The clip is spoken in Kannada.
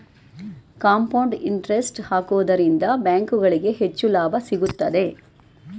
ಕಾಂಪೌಂಡ್ ಇಂಟರೆಸ್ಟ್ ಹಾಕುವುದರಿಂದ ಬ್ಯಾಂಕುಗಳಿಗೆ ಹೆಚ್ಚು ಲಾಭ ಸಿಗುತ್ತದೆ